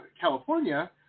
California